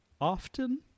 often